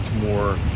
more